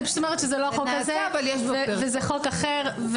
זה לא החוק הזה אלא זה חוק אחר.